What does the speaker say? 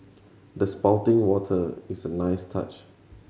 the spouting water is a nice touch